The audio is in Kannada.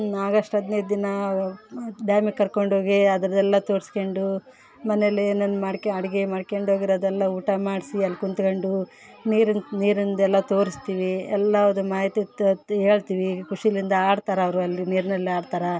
ಅಗಸ್ಟ್ ಹದಿನೈದು ದಿನ ಡ್ಯಾಮಿಗೆ ಕರ್ಕೊಂಡು ಹೋಗಿ ಅದರ್ದೇಲ್ಲ ತೋರಿಸ್ಕೊಂಡು ಮನೇಲಿ ಏನನ್ನು ಮಾಡ್ಕ್ಯ ಅಡಿಗೆ ಮಾಡ್ಕೊಂಡು ಹೋಗಿರೋದೆಲ್ಲ ಊಟ ಮಾಡಿಸಿ ಅಲ್ಲಿ ಕುಂತ್ಕೊಂಡು ನೀರಿನ ನೀರಿಂದೆಲ್ಲ ತೋರಿಸ್ತೀವಿ ಎಲ್ಲವುದು ಮಾಹಿತಿ ಹೇಳ್ತಿವಿ ಖುಷಿಲಿಂದ ಆಡ್ತಾರೆ ಅವರು ಅಲ್ಲಿ ನೀರಿನಲ್ಲಿ ಆಡ್ತಾರೆ